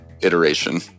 iteration